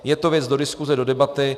Je to věc do diskuse, do debaty.